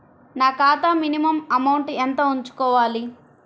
నా ఖాతా minimum amount ఎంత ఉంచుకోవాలి?